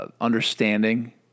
understanding